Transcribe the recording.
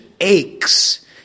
aches